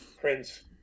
Prince